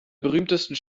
berühmtesten